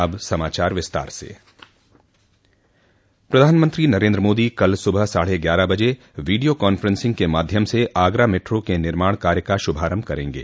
अब समाचार विस्तार से प्रधानमंत्री नरेन्द्र मोदी कल सुबह साढे ग्यारह बजे वीडियो कॉन्फ्रेंसिंग के माध्यम से आगरा मेट्रो के निर्माण कार्य का शुभारंभ करेंगे